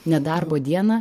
nedarbo dieną